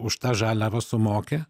už tą žaliavą sumoki